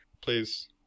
Please